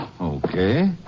Okay